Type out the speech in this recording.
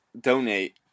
donate